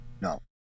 No